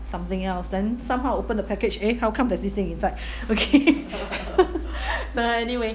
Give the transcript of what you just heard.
something else then somehow opened the package eh how come there's this thing inside okay uh anyway